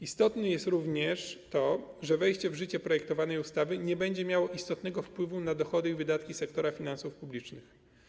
Istotne jest również to, że wejście w życie projektowanej ustawy nie będzie miało istotnego wpływu na dochody i wydatki sektora finansów publicznych.